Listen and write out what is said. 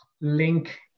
link